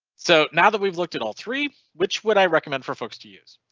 so now that we've looked at all three which would i recommend for folks to use.